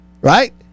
Right